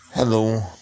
Hello